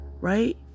right